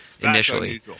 initially